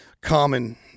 common